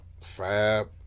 Fab